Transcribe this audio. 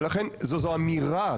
ולכן, זו אמירה.